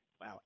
Wow